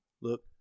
Look